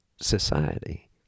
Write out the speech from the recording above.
society